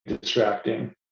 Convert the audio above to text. distracting